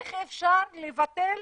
איך אפשר לבטל